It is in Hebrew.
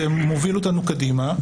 זה מוביל אותנו קדימה,